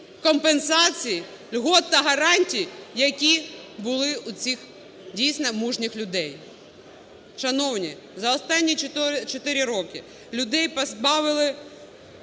компенсацій, льгот та гарантій, які були у цих дійсно мужніх людей? Шановні, за останні чотири роки людей позбавили